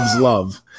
love